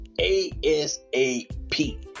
A-S-A-P